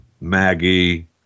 Maggie